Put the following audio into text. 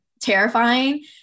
terrifying